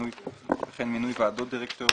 וכן מינוי ועדות דירקטוריון,